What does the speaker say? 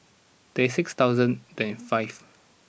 twenty six thousand five